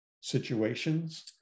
situations